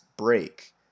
break